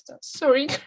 Sorry